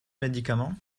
médicament